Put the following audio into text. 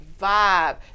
vibe